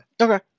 Okay